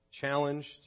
challenged